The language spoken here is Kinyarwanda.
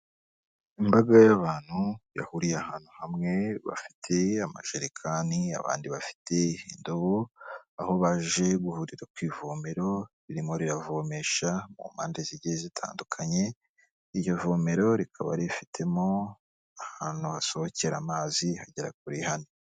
Imbaga y'abantu yahuriye ahantu hamwe, bafite amajerekani abandi bafite indobo aho baje guhurira ku ivomero ririmo riravomesha ku mpande zigiye zitandukanye, iryo vomero rikaba rifitemo ahantu hasohokera amazi hagera kuri hane.